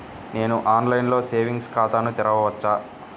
నేను ఆన్లైన్లో సేవింగ్స్ ఖాతాను తెరవవచ్చా?